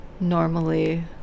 normally